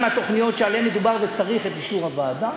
התוכניות שעליהן מדובר וצריך בשבילן את אישור הוועדה,